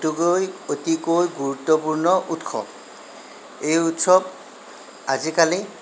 অতিকৈ অতিকৈ গুৰুত্বপূৰ্ণ উৎসৱ এই উৎসৱ আজিকালি